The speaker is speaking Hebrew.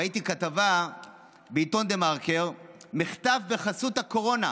ראיתי כתבה בעיתון דה-מרקר: "מחטף בחסות הקורונה,